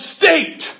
state